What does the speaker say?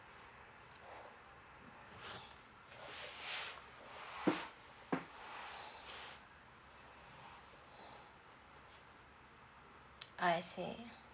I see